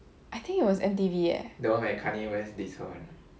I think it was M_T_V eh